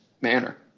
manner